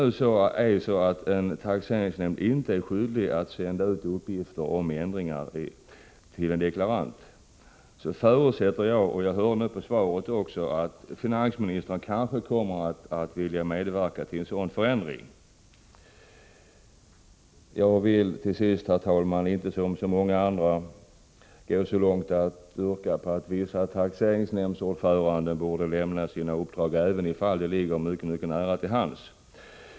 Om det är så att en taxeringsnämnd inte är skyldig att till en deklarant i tid sända ut uppgifter om ändringar i deklarationen, förutsätter jag att finansministern — jag tyckte mig förstå av svaret att det kanske är möjligt — kommer att vilja medverka till en ändring därvidlag. Jag vill till sist, herr talman, inte som många andra gå så långt att jag yrkar på att vissa taxeringsnämndsordförande lämnar sina uppdrag, även om det finns fall där detta ligger mycket nära till hands.